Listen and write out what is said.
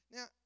Now